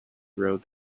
road